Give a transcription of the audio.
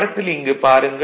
படத்தில் இங்கு பாருங்கள்